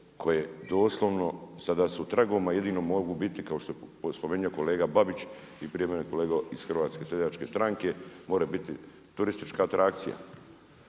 koje doslovno sada su tragom a jedino mogu biti kao što je spomenuo kolega Babić, i prije mene kolega iz HSS-a, moraju biti turistička atrakcija.